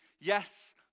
Yes